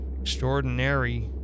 extraordinary